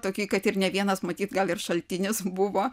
tokį kad ir ne vienas matyt gal ir šaltinis buvo